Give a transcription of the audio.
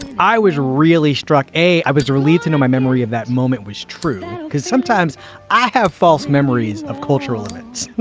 i was really struck. a i was relieved to know my memory of that moment was true because sometimes i have false memories of cultural events.